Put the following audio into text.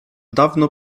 dawno